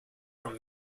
from